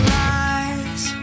lies